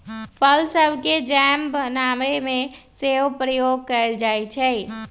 फल सभके जैम बनाबे में सेहो प्रयोग कएल जाइ छइ